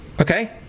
Okay